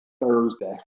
Thursday